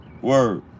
Word